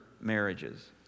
marriages